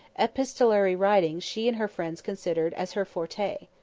epistolary writing she and her friends considered as her forte.